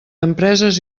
empreses